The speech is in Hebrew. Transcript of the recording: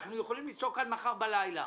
אנחנו יכולים לצעוק עד מחר בלילה.